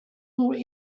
more